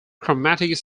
chromatic